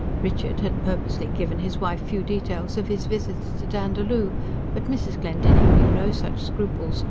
richard had purposely given his wife few details of his visits to dandaloo but mrs. glendinning knew no such scruples,